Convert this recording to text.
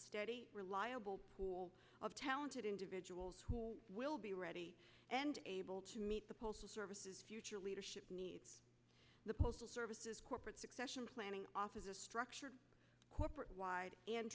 steady reliable pool of talented individuals who will be ready and able to meet the postal service future leadership needs the postal services corporate succession planning office a structured corporate wide and